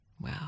Wow